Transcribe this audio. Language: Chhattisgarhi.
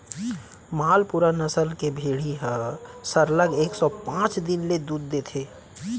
मालपुरा नसल के भेड़ी ह सरलग एक सौ पॉंच दिन ले दूद देथे